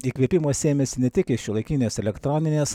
įkvėpimo sėmėsi ne tik iš šiuolaikinės elektroninės